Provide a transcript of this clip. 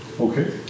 Okay